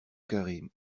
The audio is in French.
carré